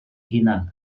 hunan